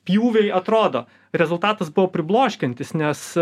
pjūviai atrodo rezultatas buvo pribloškiantis nes